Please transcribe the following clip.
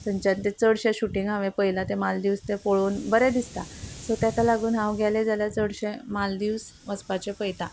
थंच्यान ते चडशे शुटींग हांवें पयला तें मालदीवस ते पळोवन बरें दिसता सो ताका लागून हांव गेले जाल्यार चडशे मालदीस वचपाचे पळयता